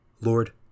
Lord